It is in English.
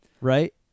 Right